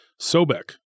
Sobek